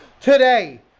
today